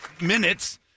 minutes